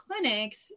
clinics